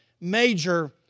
major